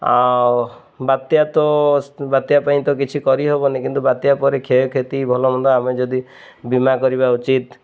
ଆଉ ବାତ୍ୟା ତ ବାତ୍ୟା ପାଇଁ ତ କିଛି କରିହବନି କିନ୍ତୁ ବାତ୍ୟା ପରେ କ୍ଷୟକ୍ଷତି ଭଲମନ୍ଦ ଆମେ ଯଦି ବୀମା କରିବା ଉଚିତ୍